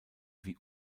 wie